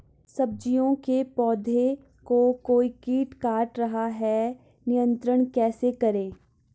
सब्जियों के पौधें को कोई कीट काट रहा है नियंत्रण कैसे करें?